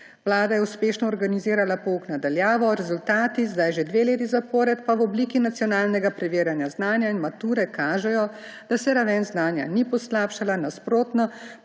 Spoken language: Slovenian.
Vlada je uspešno organizirala pouk na daljavo, rezultati zdaj že dve leti zapored pa v obliki nacionalnega preverjanja znanja in mature kažejo, da se raven znanja ni poslabšala, nasprotno,